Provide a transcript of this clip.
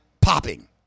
popping